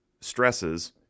stresses